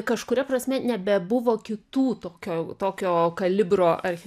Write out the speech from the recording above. kažkuria prasme nebebuvo kitų tokio tokio kalibro archi